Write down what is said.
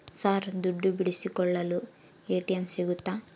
Sir ದುಡ್ಡು ಬಿಡಿಸಿಕೊಳ್ಳಲು ATM ಸಿಗುತ್ತಾ?